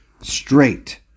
straight